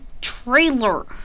trailer